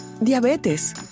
Diabetes